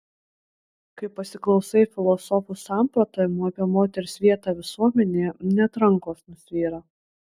kai pasiklausai filosofų samprotavimų apie moters vietą visuomenėje net rankos nusvyra